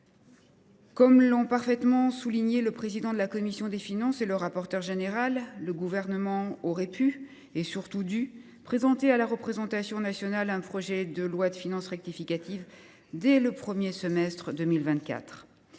Comme l’ont parfaitement souligné le président de la commission des finances et le rapporteur général, le Gouvernement aurait pu, et surtout aurait dû, présenter à la représentation nationale un projet de loi de finances rectificative dès le premier semestre de 2024.